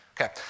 Okay